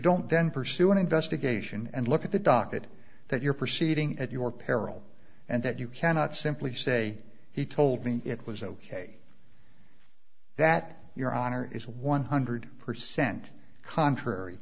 don't then pursue an investigation and look at the docket that you're proceeding at your peril and that you cannot simply say he told me it was ok that your honor is one hundred percent contrary